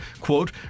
Quote